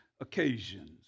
occasions